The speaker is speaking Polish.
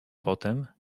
potem